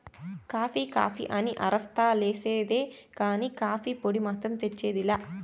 coffee coffee అని అరస్తా లేసేదే కానీ, కాఫీ పొడి మాత్రం తెచ్చేది లా